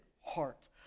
heart